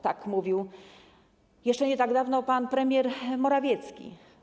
Tak mówił, jeszcze nie tak dawno, w lipcu, pan premier Morawiecki.